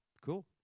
cool